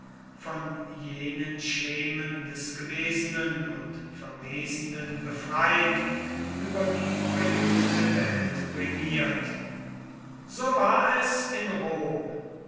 von jenen schemen des gewesenen und verwesenden befreit über die verjüngte welt regiert so war es in rom